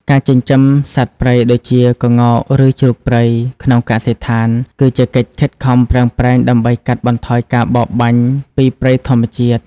ការចិញ្ចឹមសត្វព្រៃដូចជា ក្ងោក ឬជ្រូកព្រៃ ក្នុងកសិដ្ឋាន គឺជាកិច្ចខិតខំប្រឹងប្រែងដើម្បីកាត់បន្ថយការបរបាញ់ពីព្រៃធម្មជាតិ។